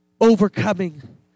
overcoming